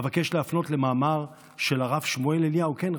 אבקש להפנות למאמר של הרב שמואל אליהו כן,